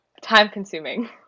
Time-consuming